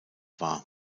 war